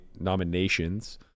nominations